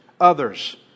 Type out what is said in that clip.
others